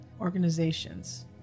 organizations